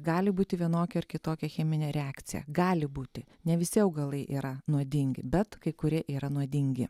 gali būti vienokia ar kitokia cheminė reakcija gali būti ne visi augalai yra nuodingi bet kai kurie yra nuodingi